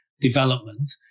development